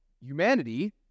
humanity